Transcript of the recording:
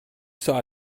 saw